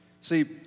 See